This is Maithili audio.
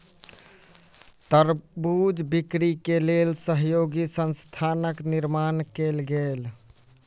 खरबूजा बिक्री के लेल सहयोगी संस्थानक निर्माण कयल गेल